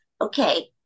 okay